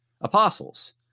apostles